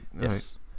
Yes